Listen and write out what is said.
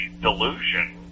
delusion